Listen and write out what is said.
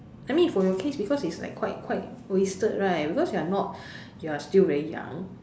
I mean for your case because it's like quite quite wasted right because you're not you're still very young